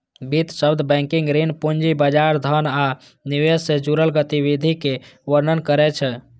वित्त शब्द बैंकिंग, ऋण, पूंजी बाजार, धन आ निवेश सं जुड़ल गतिविधिक वर्णन करै छै